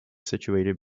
situated